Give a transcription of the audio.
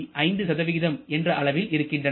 5 என்ற அளவில் இருக்கின்றன